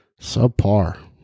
Subpar